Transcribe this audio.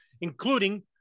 including